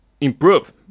improve